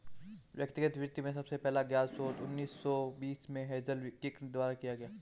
व्यक्तिगत वित्त में सबसे पहला ज्ञात शोध उन्नीस सौ बीस में हेज़ल किर्क द्वारा किया गया था